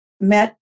met